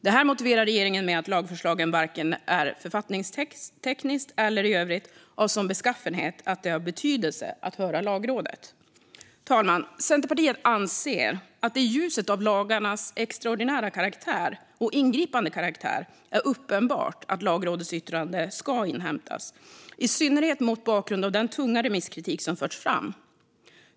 Detta motiverar regeringen med att lagförslagen varken författningstekniskt eller i övrigt är av sådan beskaffenhet att det är av betydelse att höra Lagrådet. Fru talman! Centerpartiet anser att det i ljuset av lagarnas extraordinära och ingripande karaktär är uppenbart att Lagrådets yttrande ska inhämtas, i synnerhet mot bakgrund av den tunga remisskritik som förts fram.